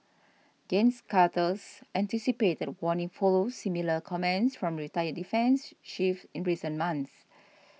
Gens Carter's anticipated warning follows similar comments from retired defence chiefs in recent months